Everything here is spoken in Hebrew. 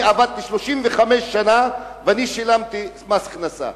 אני עבדתי 35 שנה ושילמתי מס הכנסה.